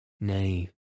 Nay